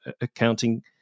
accounting